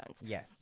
Yes